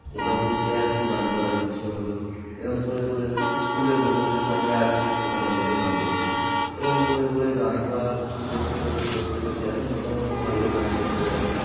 কোথাও ঘুরতে যাচ্ছি গান করার ইচ্ছে হলো এরকম করে করে স্কুলে বন্ধুদের সঙ্গে আছি সেখানে বসে গান করছি এরকম করে করে গান করার করতে করতে করতে করতে এখন মোটামুটি ভালোই গান করতে পারি